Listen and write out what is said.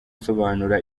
asobanura